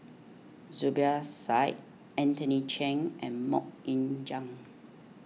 Zubir Said Anthony Chen and Mok Ying Jang